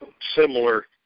similar